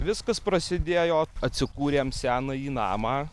viskas prasidėjo atsikūrėm senąjį namą